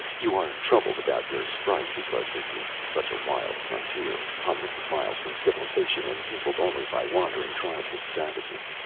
you are troubled about your sprite because this is such a wild frontier, hundreds of miles from civilization, and peopled only by wandering tribes of savages?